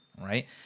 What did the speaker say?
right